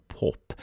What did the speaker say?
pop